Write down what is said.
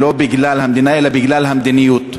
לא בגלל המדינה אלא בגלל המדיניות.